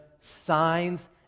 signs